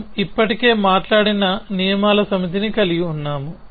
మనము ఇప్పటికే మాట్లాడిన నియమాల సమితిని కలిగి ఉన్నాము